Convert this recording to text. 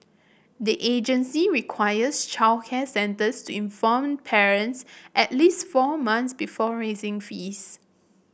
the agency requires childcare centres to inform parents at least four months before raising fees